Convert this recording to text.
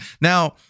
Now